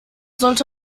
sollte